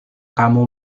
kamu